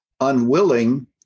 unwilling